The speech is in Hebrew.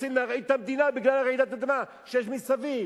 רוצים להרעיד את המדינה בגלל רעידת האדמה שיש מסביב.